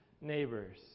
neighbors